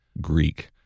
Greek